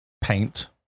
Paint